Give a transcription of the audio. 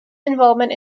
involvement